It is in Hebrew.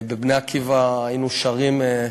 ב"בני עקיבא" היינו שרים: